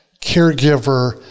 caregiver